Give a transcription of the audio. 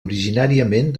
originàriament